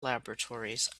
laboratories